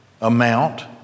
amount